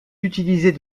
utiliser